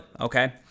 Okay